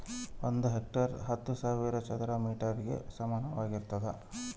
ಒಂದು ಹೆಕ್ಟೇರ್ ಹತ್ತು ಸಾವಿರ ಚದರ ಮೇಟರ್ ಗೆ ಸಮಾನವಾಗಿರ್ತದ